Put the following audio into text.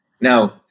Now